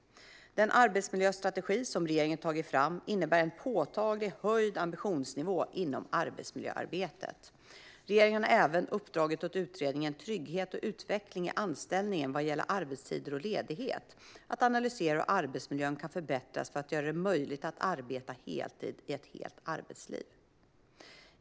Den arbetsmiljöstrategi som regeringen har tagit fram innebär en påtagligt höjd ambitionsnivå inom arbetsmiljöarbetet. Regeringen har även uppdragit åt utredningen om trygghet och utveckling i anställningen vad gäller arbetstider och ledighet att analysera hur arbetsmiljön kan förbättras för att göra det möjligt att arbeta heltid i ett helt arbetsliv.